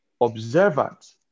observant